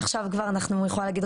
מעכשיו אני יכולה להגיד,